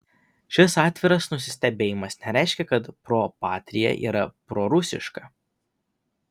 šis atviras nusistebėjimas nereiškia kad pro patria yra prorusiška